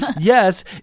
Yes